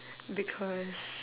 because